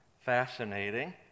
Fascinating